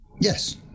Yes